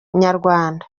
nyarwanda